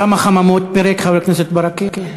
כמה חממות פירק חבר הכנסת ברכה?